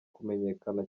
kumenyekana